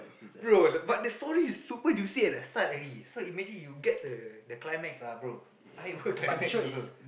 bro but the story is super juicy at the start already so imagine you get the the climax ah bro climax also